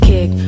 Kick